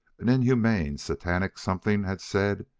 an inhuman satanic something had said.